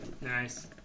Nice